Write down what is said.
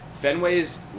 Fenway's